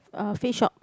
uh Face-Shop